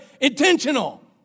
Intentional